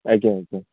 ଆଜ୍ଞା ଆଜ୍ଞା